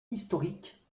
historique